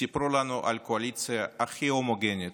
סיפרו לנו על קואליציה הכי הומוגנית,